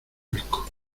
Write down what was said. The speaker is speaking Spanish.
fresco